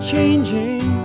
changing